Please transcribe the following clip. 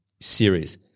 series